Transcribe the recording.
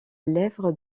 lèvre